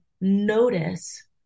notice